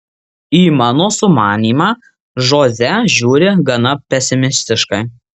į mano sumanymą žoze žiūri gana pesimistiškai